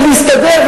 ולהסתדר,